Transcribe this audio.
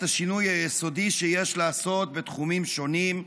השינוי היסודי שיש לעשות בתחומים שונים,